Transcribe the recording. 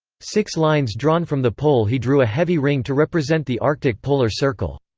six lines drawn from the pole he drew a heavy ring to represent the arctic polar circle.